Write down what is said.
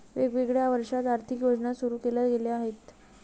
वेगवेगळ्या वर्षांत आर्थिक योजना सुरू केल्या गेल्या आहेत